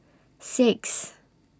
six